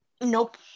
Nope